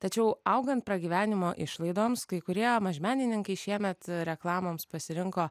tačiau augant pragyvenimo išlaidoms kai kurie mažmenininkai šiemet reklamoms pasirinko